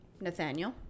Nathaniel